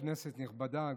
כנסת נכבדה,